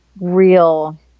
real